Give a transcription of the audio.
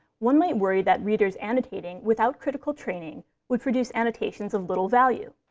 one might worry that readers annotating without critical training would produce annotations of little value.